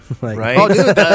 Right